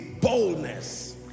boldness